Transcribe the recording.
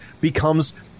becomes